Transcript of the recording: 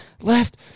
Left